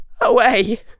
away